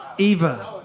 Eva